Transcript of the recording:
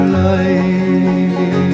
life